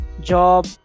job